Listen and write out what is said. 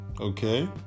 Okay